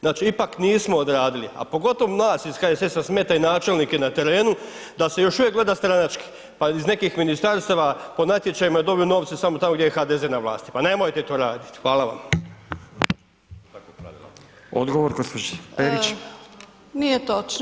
Znači ipak nismo odradili, a pogotovo nas iz HSS-a smeta i načelnike na terenu da se još uvijek gleda stranački pa iz nekih ministarstava po natječajima dobiju novce samo tamo gdje je HDZ na vlasti, pa nemojte to raditi, hvala vam.